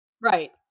Right